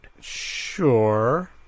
Sure